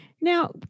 now